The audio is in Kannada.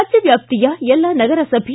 ರಾಜ್ಯ ವ್ಯಾಪ್ತಿಯ ಎಲ್ಲಾ ನಗರಸಭೆ